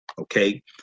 okay